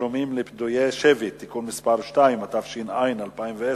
תשלומים לפדויי שבי (תיקון מס' 2), התש"ע 2010,